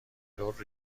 دکتر